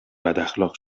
بداخلاق